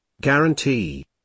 Guarantee